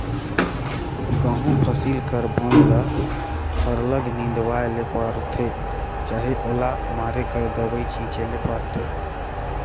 गहूँ फसिल कर बन ल सरलग निंदवाए ले परथे चहे ओला मारे कर दवई छींचे ले परथे